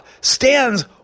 stands